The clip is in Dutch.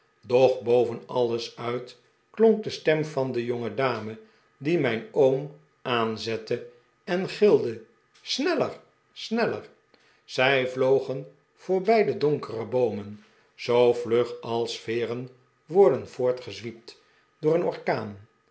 doch boven alles uit klonk de stem van de jongedame die mijn oom aanzette en gilde sneller sneller zij vlogen voorbij de donkere boomen zoo vlug als veeren worden voortgezwiept door een orkaan